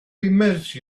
immerse